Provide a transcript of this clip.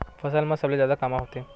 फसल मा सबले जादा कामा होथे?